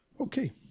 Okay